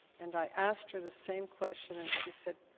and i asked her the same question. and she said,